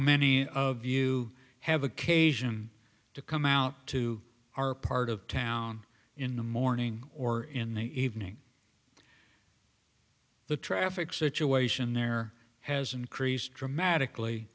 many of you have occasion to come out to our part of town in the morning or in the evening the traffic situation there has increased dramatically